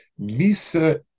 Misa